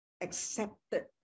accepted